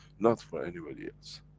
not for anybody else.